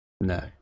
No